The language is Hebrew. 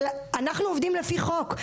אנחנו עובדים לפי חוק.